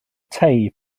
tei